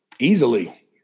Easily